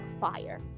fire